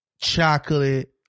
chocolate